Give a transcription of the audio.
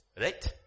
Right